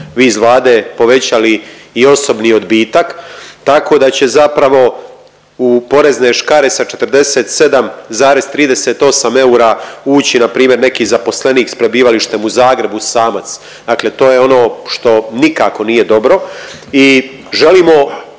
iz Vlade povećali i osobni odbitak, tako da će zapravo u porezne škare sa 47,38 eura ući npr. neki zaposlenik s prebivalištem u Zagrebu, samac. Dakle to je ono što nikako nije dobro i želimo